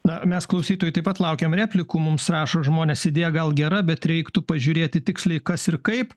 na mes klausytojai taip pat laukiam replikų mums rašo žmonės idėja gal gera bet reiktų pažiūrėti tiksliai kas ir kaip